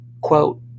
Quote